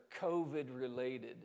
COVID-related